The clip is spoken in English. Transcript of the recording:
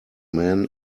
man